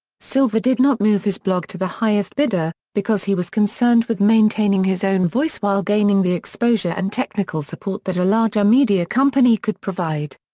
silver did not move his blog to the highest bidder, because he was concerned with maintaining his own voice while gaining the exposure and technical support that a larger media company could provide.